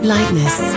Lightness